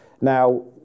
now